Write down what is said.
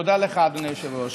תודה לך, אדוני היושב-ראש.